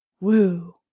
woo